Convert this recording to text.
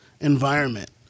environment